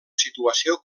situació